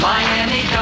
Miami